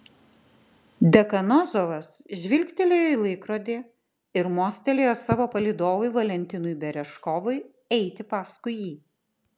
dekanozovas žvilgtelėjo į laikrodį ir mostelėjo savo palydovui valentinui berežkovui eiti paskui jį